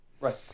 Right